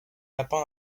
lapin